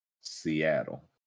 Seattle